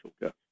guest